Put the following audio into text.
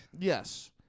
Yes